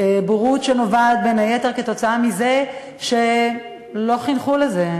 בורות שנובעת בין היתר מזה שלא חינכו לזה,